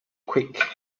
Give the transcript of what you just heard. quick